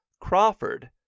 Crawford